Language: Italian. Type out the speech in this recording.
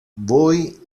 voi